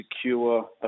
secure